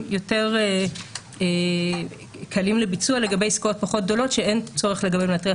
יותר קלים לביצוע לגבי עסקאות פחות גדולות שאין צורך לגביהן להטריח